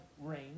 rain